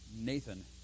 Nathan